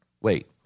Wait